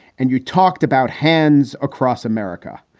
and you talked about hands across america.